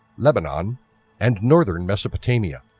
lebanon and northern mesopotamia.